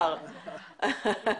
המשרד להגנת הסביבה שעוסק באכיפה פלילית.